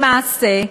למעשה,